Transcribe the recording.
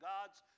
God's